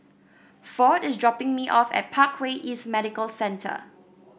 Ford is dropping me off at Parkway East Medical Centre